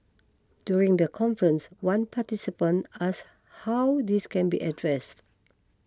during the conference one participant asked how this can be addressed